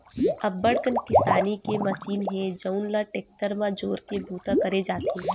अब्बड़ कन किसानी के मसीन हे जउन ल टेक्टर म जोरके बूता करे जाथे